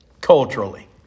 culturally